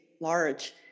large